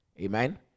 Amen